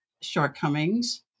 shortcomings